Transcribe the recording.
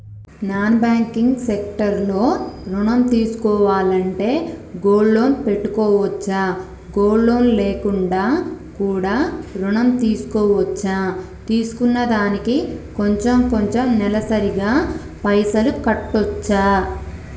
Non banking sector లో ఋణం తీసుకోవాలంటే గోల్డ్ లోన్ పెట్టుకోవచ్చా? గోల్డ్ లోన్ లేకుండా కూడా ఋణం తీసుకోవచ్చా? తీసుకున్న దానికి కొంచెం కొంచెం నెలసరి గా పైసలు కట్టొచ్చా?